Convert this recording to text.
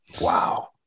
Wow